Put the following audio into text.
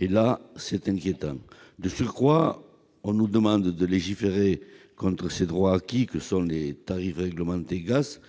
Cela est inquiétant. De surcroît, on nous demande de légiférer contre ces droits acquis que sont les tarifs réglementés du gaz